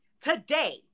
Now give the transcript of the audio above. today